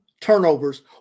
turnovers